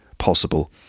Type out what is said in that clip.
Possible